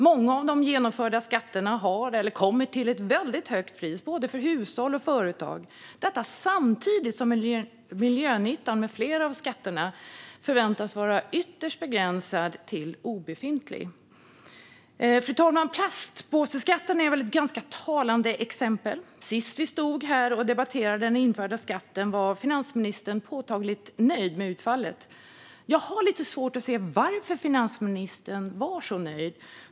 Många av de genomförda skatterna har eller kommer till ett väldigt högt pris för både hushåll och företag. Detta samtidigt som miljönyttan med flera av skatterna förväntas vara ytterst begränsad eller näst intill obefintlig. Fru talman! Plastpåseskatten är väl ett ganska talande exempel. Sist vi stod här och debatterade den införda skatten var finansministern påtagligt nöjd med utfallet. Jag har lite svårt att se varför finansministern var så nöjd.